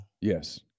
Yes